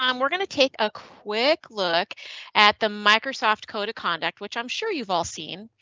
um we're going to take a quick look at the microsoft code of conduct, which i'm sure you've all seen,